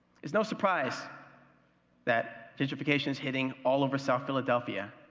is no surprise that gentrification is hitting all over south fill and yeah